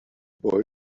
boy